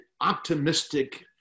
optimistic